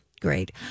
great